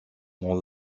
dans